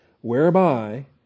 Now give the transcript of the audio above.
whereby